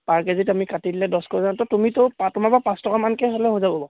পাৰ কেজিত আমি কাটিলে দছ তুমিতো তোমাৰ পৰা পাঁচটকামানকৈ হ'লে হৈ যাব